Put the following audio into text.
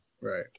Right